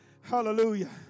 Hallelujah